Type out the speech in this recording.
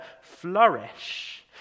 flourish